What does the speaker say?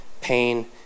pain